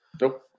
Nope